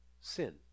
sin